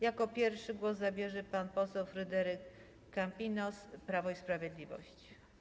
Jako pierwszy głos zabierze pan poseł Fryderyk Kapinos, Prawo i Sprawiedliwość.